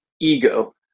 Ego